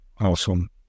Awesome